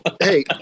hey